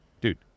Dude